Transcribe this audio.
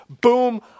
Boom